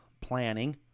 planning